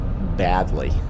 badly